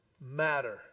matter